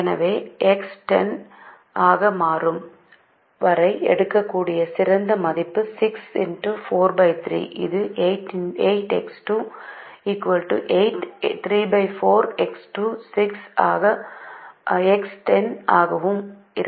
எனவே X 1 0 ஆக மாறும் வரை எடுக்கக்கூடிய சிறந்த மதிப்பு 6 43 இது 8 X 2 8 34 X 2 6 ஆகவும் X 1 0 ஆகவும் இருக்கும்